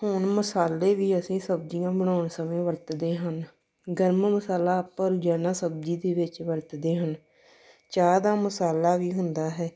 ਹੁਣ ਮਸਾਲੇ ਵੀ ਅਸੀਂ ਸਬਜ਼ੀਆਂ ਬਣਾਉਣ ਸਮੇਂ ਵਰਤਦੇ ਹਨ ਗਰਮ ਮਸਾਲਾ ਆਪਾਂ ਰੋਜ਼ਾਨਾ ਸਬਜ਼ੀ ਦੇ ਵਿੱਚ ਵਰਤਦੇ ਹਨ ਚਾਹ ਦਾ ਮਸਾਲਾ ਵੀ ਹੁੰਦਾ ਹੈ